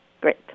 Great